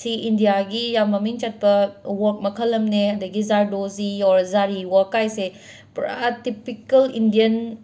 ꯁꯤ ꯏꯟꯗꯤꯌꯥꯒꯤ ꯌꯥꯝ ꯃꯃꯤꯡ ꯆꯠꯄ ꯋꯥꯔꯛ ꯃꯈꯜ ꯑꯝꯅ ꯑꯗꯒꯤ ꯖꯥꯔꯗꯣꯖꯤ ꯑꯣꯔ ꯖꯥꯔꯤ ꯋꯥꯔꯛ ꯀꯥꯏꯁꯦ ꯄꯨꯔꯥ ꯇꯤꯄꯤꯀꯦꯜ ꯏꯟꯗꯤꯌꯥꯟ